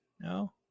no